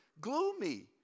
gloomy